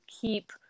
keep